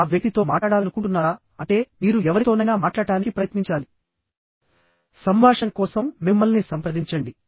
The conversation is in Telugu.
ఆ వ్యక్తితో మాట్లాడాలనుకుంటున్నారా అంటే మీరు ఎవరితోనైనా మాట్లాడటానికి ప్రయత్నించాలి సంభాషణ కోసం మిమ్మల్ని సంప్రదించండి